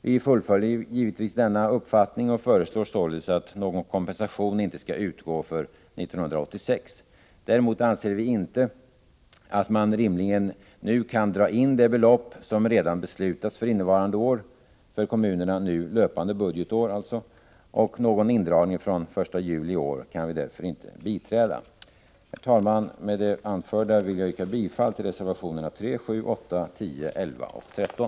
Vi fullföljer givetvis denna uppfattning och föreslår således att någon kompensation inte skall utgå för 1986. Däremot anser vi inte att man rimligen nu kan dra in det belopp som redan beslutats för innevarande år — dvs. för kommunerna för nu löpande budgetår — och någon indragning från den 1 juli i år kan vi därför inte biträda. Herr talman! Med det anförda vill jag yrka bifall till reservationerna 3,7, 8, 10, 11 och 13.